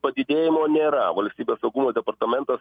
padidėjimo nėra valstybės saugumo departamentas